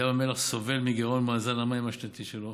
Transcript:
ים המלח סובל מגירעון במאזן המים השנתי שלו,